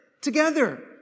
together